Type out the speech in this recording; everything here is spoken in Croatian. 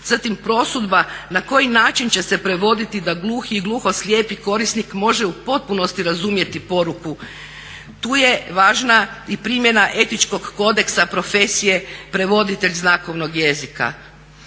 Zatim prosudba na koji način će se prevoditi da gluhi i gluhoslijepi korisnik može u potpunosti razumjeti poruku. Tu je važna i primjena etičkog kodeksa profesije prevoditelj znakovnog jezika.